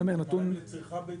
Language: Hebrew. מים לצריכה ביתית.